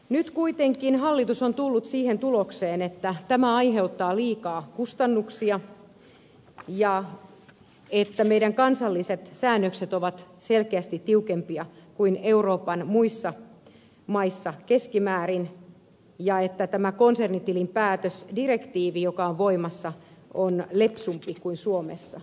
nyt kuitenkin hallitus on tullut siihen tulokseen että tämä aiheuttaa liikaa kustannuksia ja että meidän kansalliset säännöksemme ovat selkeästi tiukempia kuin euroopan muissa maissa keskimäärin ja että tämä konsernitilinpäätösdirektiivi joka on voimassa on lepsumpi kuin suomessa